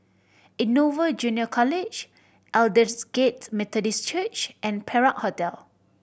Innova Junior College Aldersgate Methodist Church and Perak Hotel